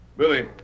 Billy